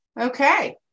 Okay